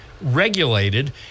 regulated